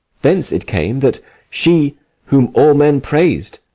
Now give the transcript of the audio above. thence it came that she whom all men prais'd,